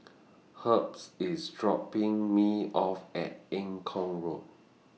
Herbs IS dropping Me off At Eng Kong Road